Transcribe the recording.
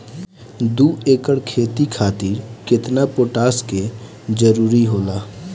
दु एकड़ खेती खातिर केतना पोटाश के जरूरी होला?